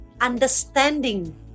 understanding